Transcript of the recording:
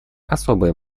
особое